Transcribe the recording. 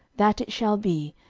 that it shall be,